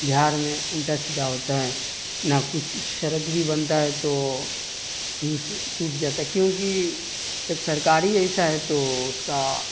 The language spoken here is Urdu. بہار میں الٹا سیدھا ہوتا ہے نہ کچھ سڑک بھی بنتا ہے تو ٹوٹ جاتا ہے کیونکہ جب سرکار ہی ایسا ہے تو اس کا